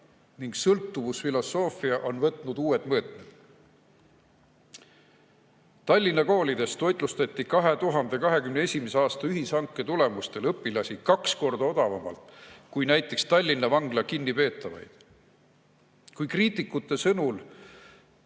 ning sõltuvusfilosoofia on võtnud uued mõõtmed. Tallinna koolides toitlustati 2021. aasta ühishanke tulemusel õpilasi kaks korda odavamalt kui näiteks Tallinna Vangla kinnipeetavaid. Kriitikute sõnul